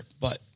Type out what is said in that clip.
but-